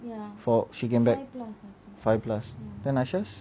for she came back five plus then ashash